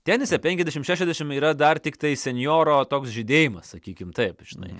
tenise penkiasdešim šešiasdešim yra dar tiktai senjoro toks žydėjimas sakykim taip žinai